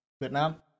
Vietnam